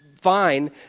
fine